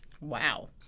Wow